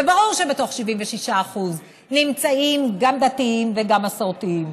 וברור שבתוך 76% נמצאים גם דתיים וגם מסורתיים,